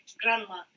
Grandma